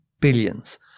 billions